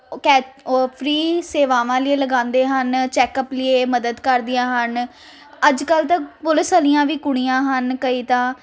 ਓ ਕੈ ਓ ਫਰੀ ਸੇਵਾਵਾਂ ਲਈ ਲਗਾਉਂਦੇ ਹਨ ਚੈੱਕਅਪ ਲਈ ਮਦਦ ਕਰਦੀਆਂ ਹਨ ਅੱਜ ਕੱਲ੍ਹ ਤਾਂ ਪੁਲਿਸ ਵਾਲੀਆਂ ਵੀ ਕੁੜੀਆਂ ਹਨ ਕਈ ਤਾਂ